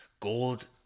Gold